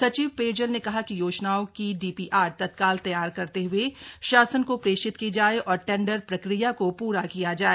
सचिव पेयजल ने कहा कि योजनाओं की डीपीआर तत्काल तैयार करते हुए शासन को प्रेषित की जाए और टेंडर प्रक्रिया को पूरा किया जाए